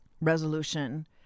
resolution